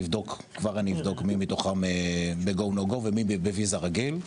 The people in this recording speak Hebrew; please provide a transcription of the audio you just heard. אבדוק מי מתוכם ב-GO NO GO ומי בוויזה רגילה,